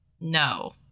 No